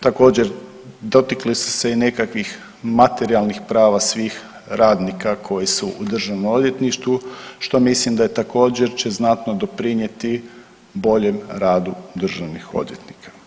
Također dotakle su se i nekakvih materijalnih prava svih radnika koji su u državnom odvjetništvu, što mislim da također će znatno doprinijeti boljem radu državnih odvjetnika.